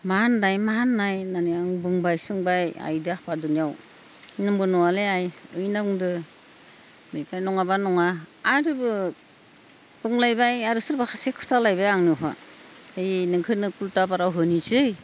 मा होन्नाय मा होन्नाय होन्नानै आङो बुंबाय सोंबाय आइजों आफाजोंनियाव जेबो नङालै आय ओरै होनना बुंदो बेखायनो नङाबा नङाबा आरोबो बुंलायबाय आरो सोरबा सासे खोथालायबाय आंनोहा ओय नोंखौनो फुलथाफारायाव होनोसै